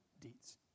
deeds